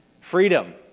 Freedom